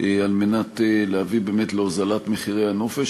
על מנת להביא להוזלת מחירי הנופש,